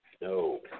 no